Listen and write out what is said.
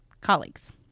colleagues